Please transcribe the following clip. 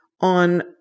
on